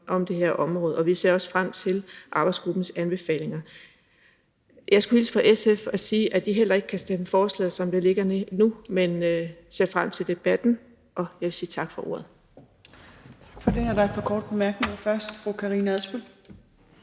om det her område, og vi ser også frem til arbejdsgruppens anbefalinger. Jeg skulle hilse fra SF og sige, at de heller ikke kan stemme for forslaget, som det ligger nu, men ser frem til debatten. Og jeg vil sige tak for ordet. Kl. 16:40 Fjerde næstformand (Trine Torp): Tak for det.